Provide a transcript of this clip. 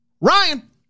Ryan